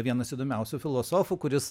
vienas įdomiausių filosofų kuris